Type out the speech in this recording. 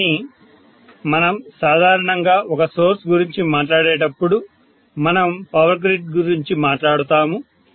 కానీ మనం సాధారణంగా ఒక సోర్స్ గురించి మాట్లాడేటప్పుడు మనం పవర్ గ్రిడ్ గురించి మాట్లాడతాము